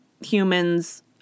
humans